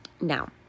Now